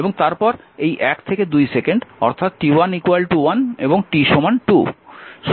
এবং তারপর এই 1 থেকে 2 সেকেন্ড অর্থাৎ t1 1 এবং t 2